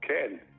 Ken